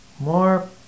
more